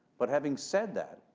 but having said that,